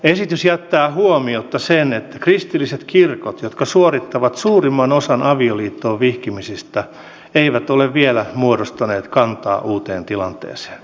esitys jättää huomiotta sen että kristilliset kirkot jotka suorittavat suurimman osan avioliittoon vihkimisistä eivät ole vielä muodostaneet kantaa uuteen tilanteeseen